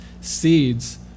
seeds